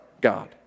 God